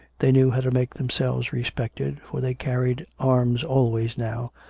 they knew how to make themselves respected, for they carried arms always now,